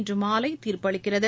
இன்று மாலை தீர்ப்பு அளிக்கிறது